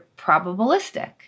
probabilistic